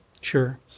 Sure